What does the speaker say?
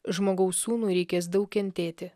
žmogaus sūnui reikės daug kentėti